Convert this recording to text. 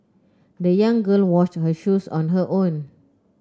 the young girl washed her shoes on her own